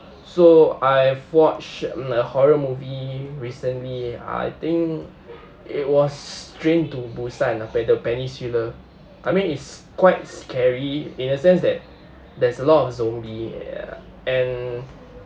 so I've watched a horror movie recently I think it was train to busan ah by the peninsular I mean it's quite scary in a sense that there's a lot of zombie ya and